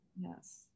Yes